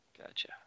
Gotcha